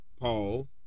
Paul